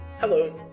Hello